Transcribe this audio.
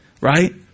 right